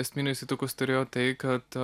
esminės įtakos turėjo tai kad